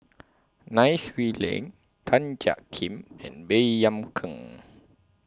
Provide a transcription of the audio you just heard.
Nai Swee Leng Tan Jiak Kim and Baey Yam Keng